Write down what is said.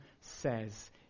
says